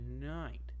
night